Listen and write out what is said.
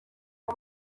aha